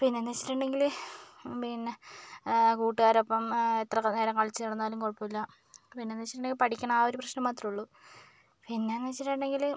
പിന്നേന്ന് വെച്ചിട്ടുണ്ടെങ്കില് പിന്നെ കൂട്ടുകാരുടെയൊപ്പം എത്ര നേരം കളിച്ച് നടന്നാലും കുഴപ്പമില്ല പിന്നേന്ന് വെച്ചിട്ടുണ്ടെങ്കിൽ പഠിക്കണം ആ ഒരു പ്രശ്നം മാത്രമേയുള്ളൂ പിന്നേന്ന് വെച്ചിട്ടുണ്ടെങ്കില്